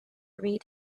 read